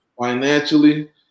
financially